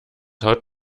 haut